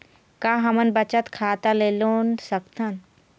का हमन बचत खाता ले लोन सकथन?